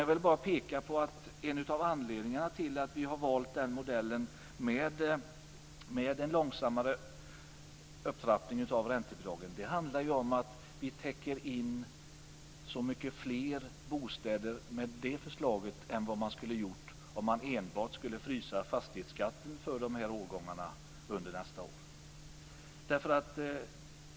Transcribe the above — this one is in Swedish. Jag vill alltså peka på att en av anledningarna till att vi valt modellen med en långsammare avtrappning av räntebidragen är att vi därmed täcker in så många fler bostäder med det förslaget än som skulle ha varit fallet om vi under nästa år enbart frös fastighetsskatten för de nämnda årgångarna.